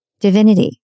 Divinity